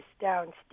downstairs